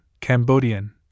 Cambodian